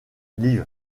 lviv